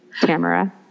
Tamara